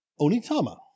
Onitama